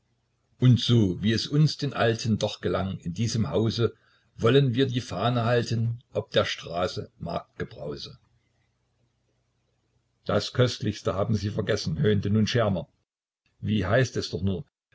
und so wie es uns den alten doch gelang in diesem hause wollen wir die fahne halten ob der straße marktgebrause das köstlichste haben sie vergessen höhnte nun schermer wie heißt es doch nur